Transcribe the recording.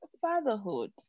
fatherhood